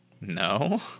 No